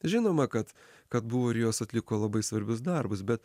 žinoma kad kad buvo ir jos atliko labai svarbius darbus bet